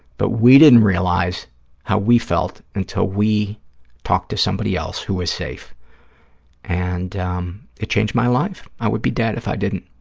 but we didn't realize how we felt until we talked to somebody else who was safe and um it changed my life. i would be dead if i didn't,